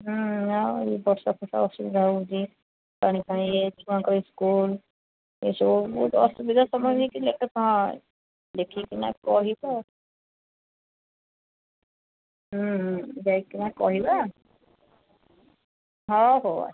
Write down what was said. ହୁଁ ଆଉ ଏଇ ବର୍ଷା ଫର୍ଶା ଅସୁବିଧା ହେଉଛି ପାଣି ଫାଣି ଇଏ ଛୁଆଙ୍କ ସ୍କୁଲ ଏସବୁ ବହୁତ ଅସୁବିଧା ଦେଖିକିନା କହିବା ହୁଁ ହୁଁ ଯାଇକିନା କହିବା ଓହୋ ଆଚ୍ଛା